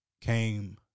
came